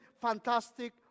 Fantastic